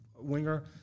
winger